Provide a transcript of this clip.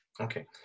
okay